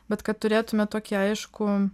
bet kad turėtume tokį aiškų